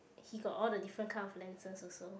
he got all the different kind of lenses also